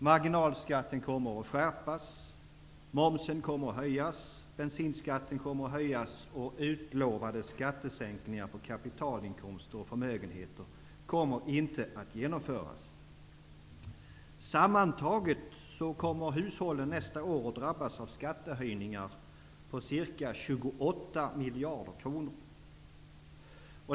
Marginalskatten kommer att skärpas. Momsen kommer att höjas. Bensinskatten kommer att höjas. Utlovade skattesänkningar på kapitalinkomster och förmögenheter kommer inte att genomföras. Sammantaget kommer hushållen nästa år att drabbas av skattehöjningar på ca 28 miljarder kronor.